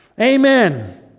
Amen